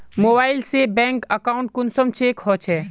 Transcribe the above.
Mobile से bank account कुंसम check होचे?